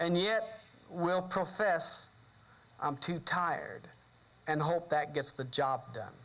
and yet will profess to tired and hope that gets the job done